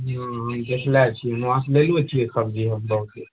हँ देखलय छियै वहाँसँ लेलहुँ छियै सब्जी हम बहुते